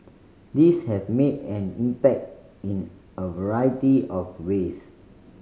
these have made an impact in a variety of ways